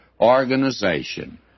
organization